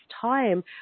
time